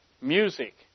music